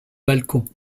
balcon